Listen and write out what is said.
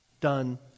done